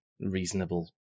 reasonable